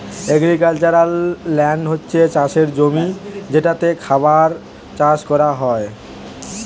agricultural land হচ্ছে চাষের জমি যেটাতে খাবার চাষ কোরা হয়